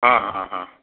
अहम् अहं